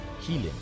healing